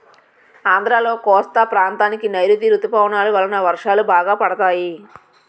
ఆంధ్రాలో కోస్తా ప్రాంతానికి నైరుతీ ఋతుపవనాలు వలన వర్షాలు బాగా పడతాయి